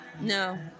No